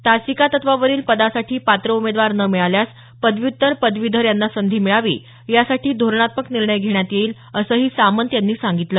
तासिका तत्वावरील पदासाठी पात्र उमेदवार न मिळाल्यास पदव्युत्तर पदवीधर यांना संधी मिळावी यासाठी धोरणात्मक निर्णय घेण्यात येईल असंही सामंत यांनी सांगितलं